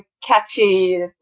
catchy